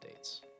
updates